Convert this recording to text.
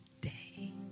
day